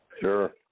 Sure